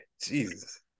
Jesus